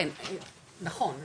נכון,